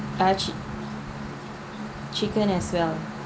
ah ch~ chicken as well